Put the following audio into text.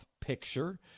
picture